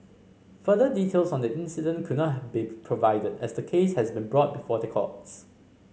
further details on the incident could not have be provided as the case has been brought before the courts